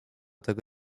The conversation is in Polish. tego